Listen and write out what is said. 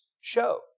show